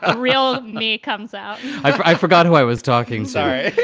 ah real meat comes out? i forgot who i was talking. sorry,